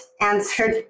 answered